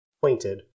pointed